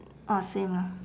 ah same lah